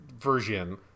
version